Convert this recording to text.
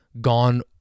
gone